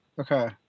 okay